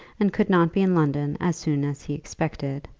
and could not be in london as soon as he expected.